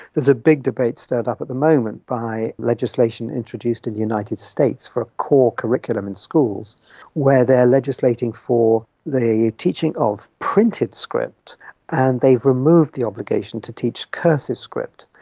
there's a big debate stirred up at the moment by legislation introduced in the united states for a core curriculum in schools where they are legislating for the teaching of printed script and they've removed the obligation to teach cursive script.